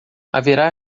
haverá